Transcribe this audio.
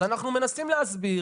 אז אנחנו מנסים להסביר.